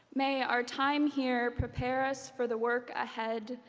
may our time here prepare us for the work ahead,